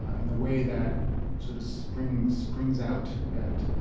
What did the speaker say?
in the way that sort of springs springs out at